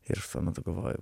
ir šiuo metu galvoju